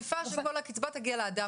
את מעדיפה שכל הקצבה תגיע לאדם.